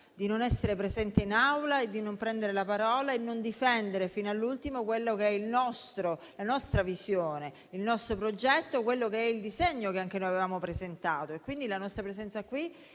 di non essere presente in Aula e di non prendere la parola e non difendere fino all'ultimo la nostra visione, il nostro progetto e il disegno che anche noi avevamo presentato. La nostra presenza qui